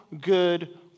good